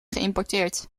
geïmporteerd